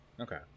Okay